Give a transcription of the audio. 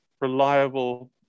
reliable